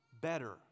Better